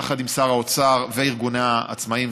יחד עם שר האוצר וארגוני העצמאים,